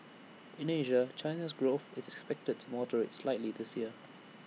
in Asia China's growth is expected to moderate slightly this year